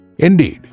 Indeed